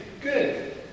good